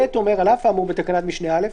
אף האמור בתקנת משנה (א),